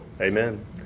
Amen